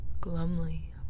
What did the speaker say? glumly